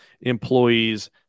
employees